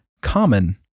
common